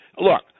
Look